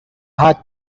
hard